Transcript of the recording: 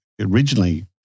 originally